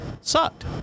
sucked